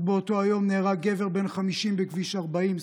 עוד באותו יום נהרג גבר בן 50 בכביש 40,